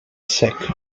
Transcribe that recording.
sac